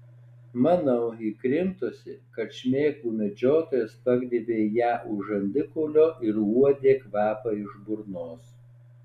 manau ji krimtosi kad šmėklų medžiotojas pagriebė ją už žandikaulio ir uodė kvapą iš burnos